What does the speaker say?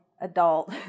adult